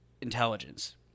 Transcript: intelligence